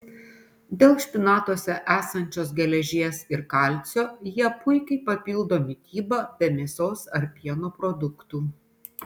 dėl špinatuose esančios geležies ir kalcio jie puikiai papildo mitybą be mėsos ar pieno produktų